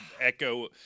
echo